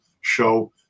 show